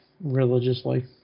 religiously